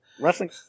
wrestling